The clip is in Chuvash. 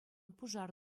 пушар